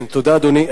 כן, תודה, אדוני.